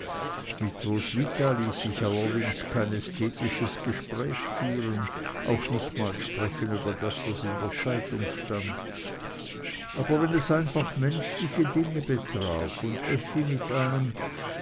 mit roswitha ließ sich allerdings kein ästhetisches gespräch führen auch nicht mal sprechen über das was in der zeitung stand aber wenn es einfach menschliche dinge betraf und effi mit einem